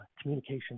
communication